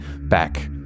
back